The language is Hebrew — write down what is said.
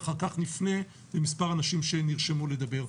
ואחר כך נפנה למספר אנשים שנרשמו לדבר.